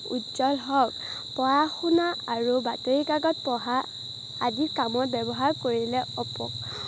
উজ্জ্বল হওক পঢ়া শুনা আৰু বাতৰিকাকত পঢ়া আদিৰ কামত ব্যৱহাৰ কৰিলে অপ